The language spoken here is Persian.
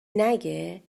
نگه